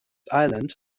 island